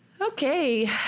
okay